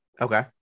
Okay